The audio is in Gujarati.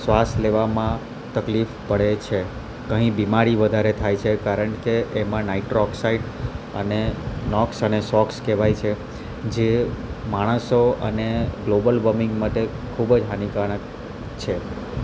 શ્વાસ લેવામાં તકલીફ પડે છે કંઈ બીમારી વધારે થાય છે કારણ કે એમાં નાઈટ્રો ઓક્સાઈડ અને નોક્સ અને સોક્સ કહેવાય છે જે માણસો અને ગ્લોબલ વોર્મિંગ માટે ખૂબ જ હાનિકારક છે